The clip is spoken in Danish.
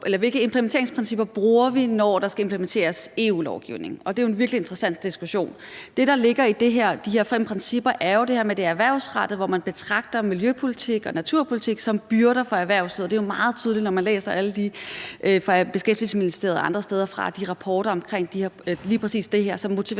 om, hvilke implementeringsprincipper vi bruger, når der skal implementeres EU-lovgivning, og det er jo en virkelig interessant diskussion. Det, der ligger i de her fem principper, er det her med det erhvervsrettede, hvor man betragter miljøpolitik og naturpolitik som byrder for erhvervslivet, og det er jo meget tydeligt, når man læser alle de rapporter fra Beskæftigelsesministeriet og andre steder om lige præcis det her. Så motivationen